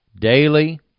daily